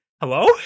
Hello